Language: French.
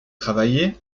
travaillé